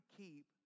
keep